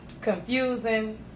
confusing